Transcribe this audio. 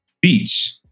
beach